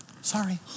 sorry